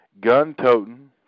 gun-toting